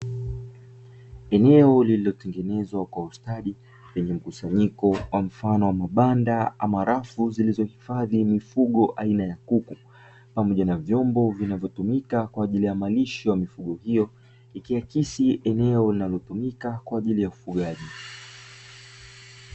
Eneo lililotengenezwa kwa ustadi lenye mkusanyiko mfano wa mabanda, ama rafu zilizohifadhi mifugo aina ya kuku pamoja na vyombo vinavyotumika Kwa ajili ya malisho ya mifugo hiyo, ikiakisi eneo linalotumika kwa ajili ya ufugaji.